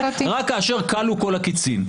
רק כאשר כלו כל הקיצין.